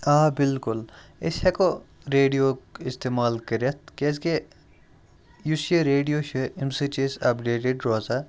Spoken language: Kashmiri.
آ بالکل أسۍ ہیٚکو ریڈیووُک استعمال کٔرِتھ کیٛازِکہِ یُس یہِ ریڈیو چھُ اَمہِ سۭتۍ چھِ أسۍ اَپڈیٹِڈ روزان